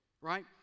right